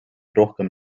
rohkem